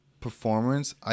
performance